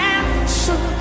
answer